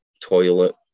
toilet